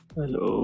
Hello